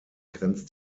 grenzt